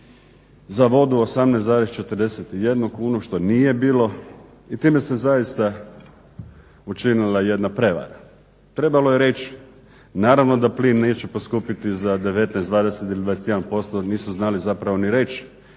za vodu 18,41 kunu, što nije bilo. I time se zaista učinila jedna prevara trebalo je reći naravno da plin neće poskupiti za 19, 20 ili 21%. Nisu znali zapravo ni reći